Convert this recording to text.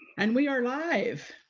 and we are live.